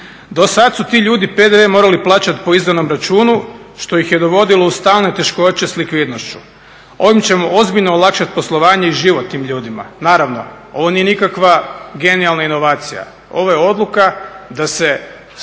Do sada su ti ljudi PDV morali plaćati po izdanom računu, što ih je dovodilo u stalne teškoće s likvidnošću, ovim ćemo ozbiljno olakšati poslovanje i život tim ljudima. Naravno, ovo nije nikakva genijalna inovacija, ovo je odluka da se prioritet